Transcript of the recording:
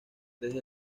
desde